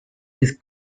with